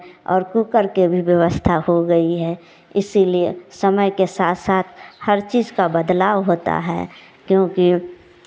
और कूकर के भी व्यवस्था हो गई है इसीलिए समय के साथ साथ हर चीज़ का बदलाव होता है क्योंकि